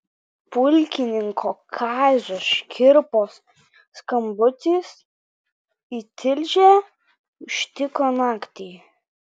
pulkininko kazio škirpos skambutis į tilžę užtiko naktį